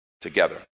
together